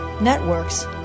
networks